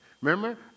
Remember